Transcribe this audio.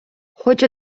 хочу